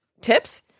tips